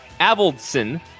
Avildsen